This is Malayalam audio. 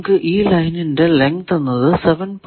നമുക്ക് ഈ ലൈനിന്റെ ലെങ്ത് എന്നത് 7